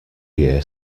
year